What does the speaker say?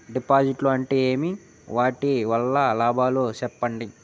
డిపాజిట్లు అంటే ఏమి? వాటి వల్ల లాభాలు సెప్పండి?